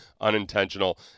unintentional